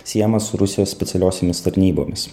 siejamas su rusijos specialiosiomis tarnybomis